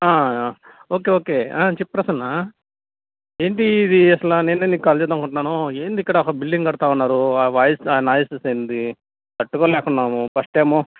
okay okay చెప్పు ప్రసన్న ఏమిటి ఇది అసలు నేనే నీకు కాల్ చేద్దామని అనుకుంటున్నాను ఏమిటి ఇక్కడ అసలు బిల్డింగ్ కడుతూవున్నారు ఆ వాయిస్ ఆ నాయిసెస్ ఏమిటి తట్టుకోలేకున్నాము ఫస్టెమో